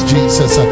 Jesus